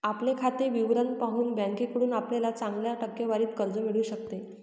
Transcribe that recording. आपले खाते विवरण पाहून बँकेकडून आपल्याला चांगल्या टक्केवारीत कर्ज मिळू शकते